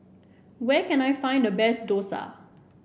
where can I find the best dosa